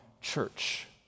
church